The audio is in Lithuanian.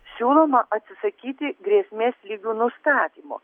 siūloma atsisakyti grėsmės lygių nustatymo